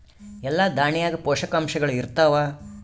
ಎಲ್ಲಾ ದಾಣ್ಯಾಗ ಪೋಷಕಾಂಶಗಳು ಇರತ್ತಾವ?